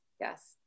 yes